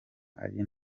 ari